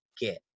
get